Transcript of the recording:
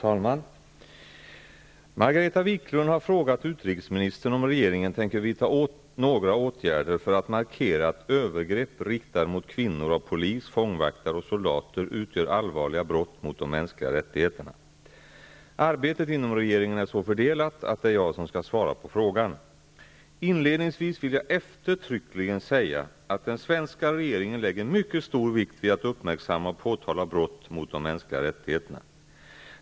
Fru talman! Margareta Viklund har frågat utrikesministern om regeringen tänker vidta några åtgärder för att markera att övergrepp riktade mot kvinnor av polis, fångvaktare och soldater utgör allvarliga brott mot de mänskliga rättigheterna. Arbetet inom regeringen är så fördelat att det är jag som skall svara på frågan. Inledningsvis vill jag eftertryckligen säga att den svenska regeringen lägger mycket stor vikt vid att uppmärksamma och påtala brott mot de mänskliga rättigheterna.